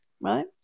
right